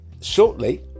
shortly